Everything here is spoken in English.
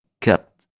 kept